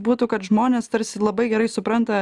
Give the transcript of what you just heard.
būtų kad žmonės tarsi labai gerai supranta